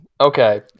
okay